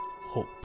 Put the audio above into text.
hope